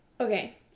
Okay